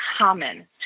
common